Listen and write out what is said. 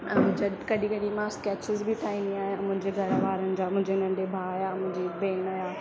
ऐं जड कॾहिं कॾहिं मां स्कैचिस बि ठाहींदी आहियां मुंहिंजे घर वारनि जा मुंहिंजे नंढे भाउ या मुंहिंजी भेण जा